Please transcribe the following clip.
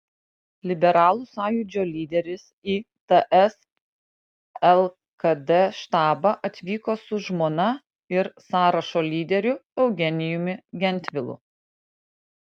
liberalų sąjūdžio lyderis į ts lkd štabą atvyko su žmona ir sąrašo lyderiu eugenijumi gentvilu